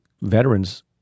veterans